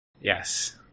Yes